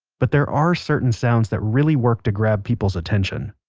but there are certain sounds that really work to grab people's attention.